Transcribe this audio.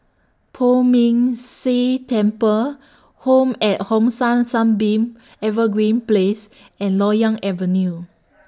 Poh Ming Tse Temple Home At Hong San Sunbeam Evergreen Place and Loyang Avenue